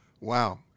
Wow